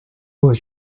was